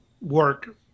work